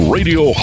Radio